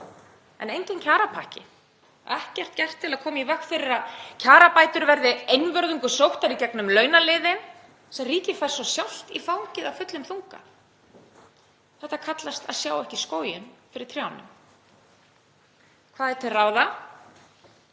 En enginn kjarapakki, ekkert gert til að koma í veg fyrir að kjarabætur verði einvörðungu sóttar í gegnum launaliðinn sem ríkið fær svo sjálft í fangið af fullum þunga. Þetta kallast að sjá ekki skóginn fyrir trjánum. Hvað er til ráða?